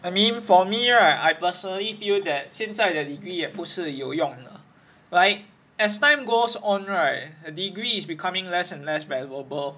I mean for me right I personally feel that 现在的 degree 也不是有用的 like as time goes on right a degree is becoming less and less valuable